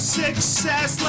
success